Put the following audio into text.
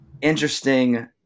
interesting